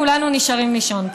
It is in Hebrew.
כולנו נשארים לישון פה.